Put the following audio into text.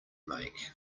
make